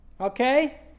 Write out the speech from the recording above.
okay